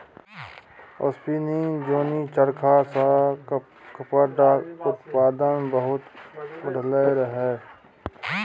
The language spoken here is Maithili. स्पीनिंग जेनी चरखा सँ कपड़ाक उत्पादन बहुत बढ़लै रहय